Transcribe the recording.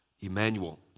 Emmanuel